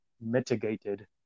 mitigated